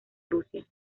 rusia